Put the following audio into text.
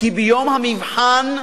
כי ביום המבחן,